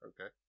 okay